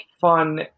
fun